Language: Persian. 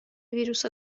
ویروس